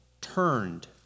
turned